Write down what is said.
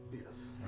Yes